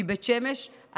מבית שמש,